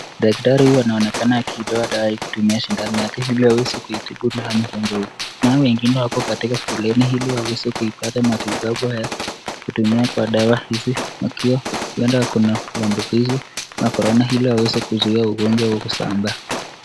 Daktari huyu anaonekana akiinua dai kutumia sindano yake ili aweze kuitibu nayo mgonjwa huu nao wengine wako katika foleni hili waweze kupata matibabu haya kutumia kwa dawa hizi wakiwa huenda wakona maambukizi ya korona hili waweze kuzuia ugonjwa huu kusambaa.